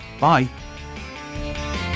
Bye